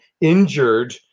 injured